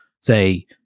say